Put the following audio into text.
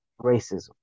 racism